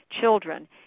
children